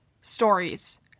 stories